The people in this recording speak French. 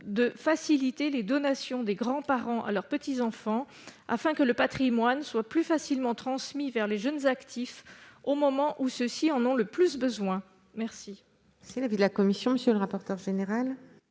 à faciliter les donations des grands-parents à leurs petits-enfants, afin que le patrimoine soit plus facilement transmis vers les jeunes actifs, au moment où ceux-ci en ont le plus besoin. Quel